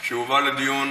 כשהובאה לדיון